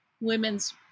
women's